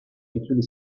itzuli